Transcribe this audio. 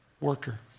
worker